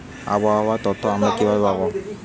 আবহাওয়ার তথ্য আমরা কিভাবে পাব?